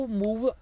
move